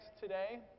today